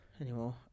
Anymore